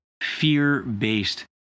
fear-based